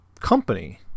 company